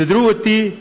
סידרו אותי,